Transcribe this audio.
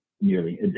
nearly